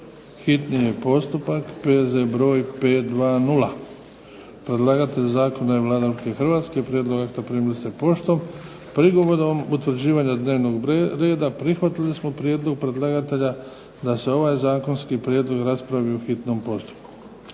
čitanje, P.Z. br. 520 Predlagatelj zakona je Vlada Republike Hrvatske. Prijedlog akta primili ste poštom. Prigodom utvrđivanja dnevnog reda prihvatili smo prijedlog predlagatelja da se ovaj zakonski prijedlog raspravi u hitnom postupku.